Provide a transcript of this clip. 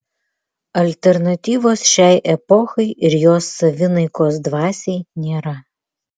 alternatyvos šiai epochai ir jos savinaikos dvasiai nėra